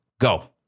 Go